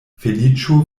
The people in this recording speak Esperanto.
feliĉo